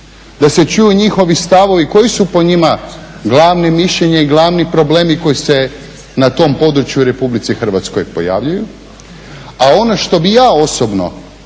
da se čuju njihovi stavovi koji su po njima glavni mišljenje i glavni problemi koji se na tom području u Republici Hrvatskoj pojavljuju. A ono što bih ja osobno